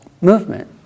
movement